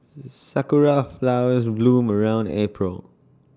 Sakura Flowers bloom around April